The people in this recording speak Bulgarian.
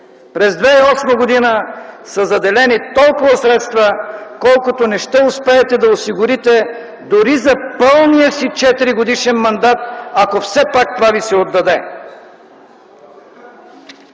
през 2008 г. са заделени толкова средства, колкото не ще успеете да осигурите дори за пълния си четиригодишен мандат, ако все пак това ви се отдаде.